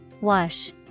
Wash